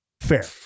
fair